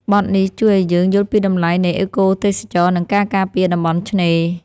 បទនេះជួយឱ្យយើងយល់ពីតម្លៃនៃអេកូទេសចរណ៍ និងការការពារតំបន់ឆ្នេរ។